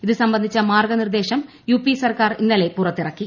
ഇത് സംബന്ധിച്ചു മാർഗനിർദേശം യുപി സർക്കാർ ഇന്നലെ പുറത്തിറക്കി